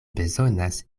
bezonas